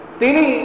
tini